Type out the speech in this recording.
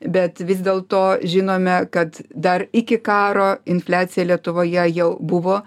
bet vis dėl to žinome kad dar iki karo infliacija lietuvoje jau buvo